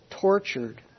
tortured